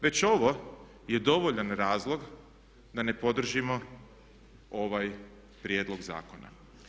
Već ovo je dovoljan razlog da ne podržimo ovaj prijedlog zakona.